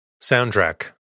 Soundtrack